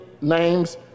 names